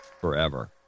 forever